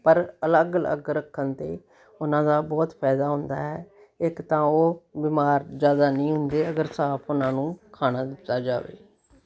ਪਰ ਅਲੱਗ ਅਲੱਗ ਰੱਖਣ 'ਤੇ ਉਹਨਾਂ ਦਾ ਬਹੁਤ ਫਾਇਦਾ ਹੁੰਦਾ ਹੈ ਇੱਕ ਤਾਂ ਉਹ ਬਿਮਾਰ ਜ਼ਿਆਦਾ ਨਹੀਂ ਹੁੰਦੇ ਅਗਰ ਸਾਫ ਉਹਨਾਂ ਨੂੰ ਖਾਣਾ ਦਿੱਤਾ ਜਾਵੇ